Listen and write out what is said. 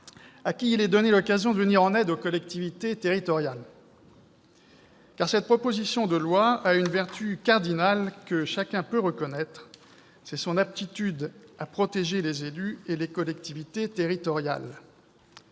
-à qui il est donné l'occasion de venir en aide aux collectivités territoriales. En effet, cette proposition de loi présente une vertu cardinale que chacun peut reconnaître : son aptitude à protéger les élus et les collectivités territoriales.